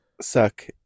suck